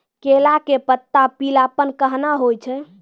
केला के पत्ता पीलापन कहना हो छै?